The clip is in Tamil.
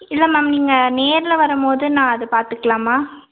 இல்லை மேம் நீங்கள் நேரில் வரம்போது நான் அது பார்த்துக்கலாமா